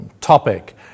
topic